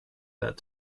that